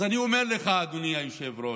אז אני אומר לך, אדוני היושב-ראש,